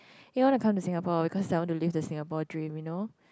You want to come to Singapore because I want to live the Singapore dream you know